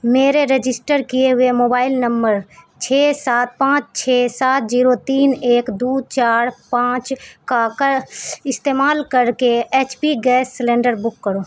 میرے رجسٹر کیے ہوئے موبائل نمبر چھ سات پانچ چھ سات زیرو تین ایک دو چار پانچ کا کا استعمال کرکے H P gas cylinder book کرو